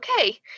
Okay